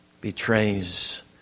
betrays